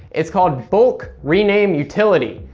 it's called bulk rename utility,